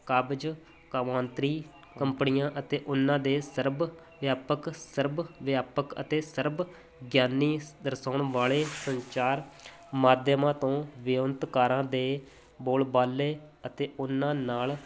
ਕਾਬਜ ਮਾਂਤਰੀ ਕੰਪਨੀਆਂ ਅਤੇ ਉਨ੍ਹਾਂ ਦੇ ਸਰਬ ਵਿਆਪਕ ਸਰਬ ਵਿਆਪਕ ਅਤੇ ਸਰਬ ਗਿਆਨੀ ਦਰਸਾਉਣ ਵਾਲੇ ਸੰਚਾਰ ਮਾਧਿਅਮਾ ਤੋਂ ਵਿਉਂਤ ਕਾਰਾਂ ਦੇ ਬੋਲ ਬਾਲੇ ਅਤੇ ਉਹਨਾਂ ਨਾਲ